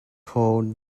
called